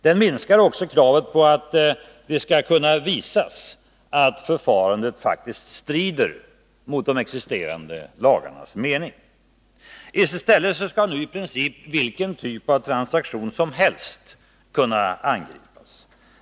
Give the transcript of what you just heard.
Den minskades av kravet på att det skall kunna visas att förfarandet faktiskt strider mot de existerande lagarnas mening. I stället skall nu i princip vilken typ av transaktion som helst kunna angripas.